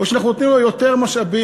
או שאנחנו נותנים לו יותר משאבים,